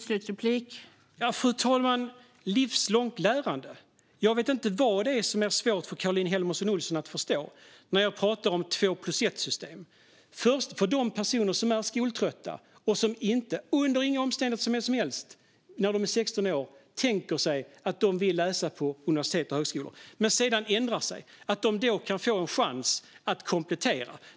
Fru talman! Livslångt lärande, ja. Jag vet inte vad det är som är svårt för Caroline Helmersson Olsson att förstå när jag talar om två-plus-ett-system. De personer som är skoltrötta och som när de är 16 år inte under några som helst omständigheter kan tänka sig att de vill läsa på universitet eller högskola men sedan ändrar sig ska då få en chans att komplettera.